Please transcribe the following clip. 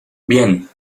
bien